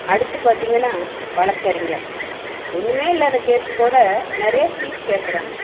அடுத்து பார்த்திங்கன்னா வழக்கறிஞர் ஒன்றுமே இல்லாத கேஸ் கூட நிறைய ஃபீஸ் கேட்கறாங்க